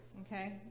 Okay